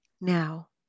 now